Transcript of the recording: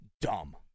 dumb